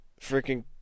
freaking